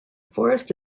forest